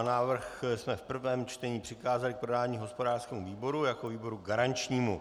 Návrh jsme v prvém čtení přikázali k projednání hospodářskému výboru jako výboru garančnímu.